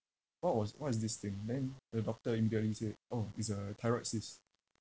what was what is this thing then the doctor immediately say orh it's a thyroid cyst